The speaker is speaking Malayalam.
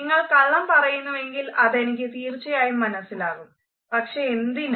നിങ്ങൾ കള്ളം പറയുന്നുവെങ്കിൽ അതെനിക്ക് തീർച്ചയായും മനസ്സിലാകും പക്ഷെ എന്തിന്